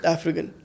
African